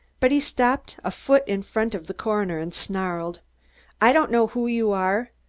but he stopped a foot in front of the coroner and snarled i don't know who you are,